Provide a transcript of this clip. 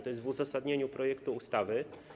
To jest w uzasadnieniu projektu ustawy.